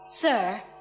Sir